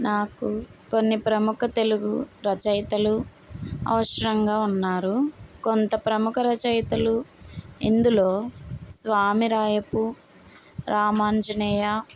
నాకు కొన్ని ప్రముఖ తెలుగు రచయితలు అవసరంగా ఉన్నారు కొంత ప్రముఖ రచయితలు ఇందులో స్వామి రాయపు రామాంజనేయ